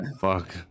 Fuck